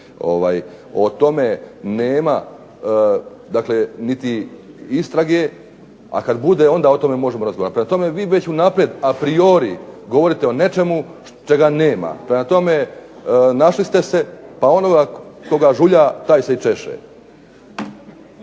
o tome nema niti istrage, a kad bude onda o tome možemo razgovarat. Prema tome, vi već unaprijed a priori govorite o nečemu čega nema. Prema tome, našli ste se pa onoga koga žulja taj se i češe.